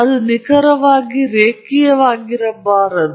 ಅದು ನಿಖರವಾಗಿ ರೇಖೀಯವಾಗಿರಬಾರದು